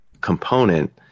component